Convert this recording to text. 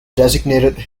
designated